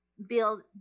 Build